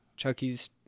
Chucky's